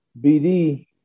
BD